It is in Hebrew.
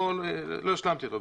לא השלמתי אותו.